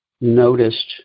noticed